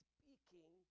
Speaking